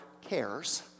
cares